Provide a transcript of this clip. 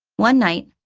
one night,